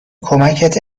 کمکت